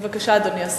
בבקשה, אדוני השר.